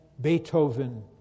Beethoven